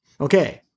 Okay